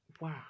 wow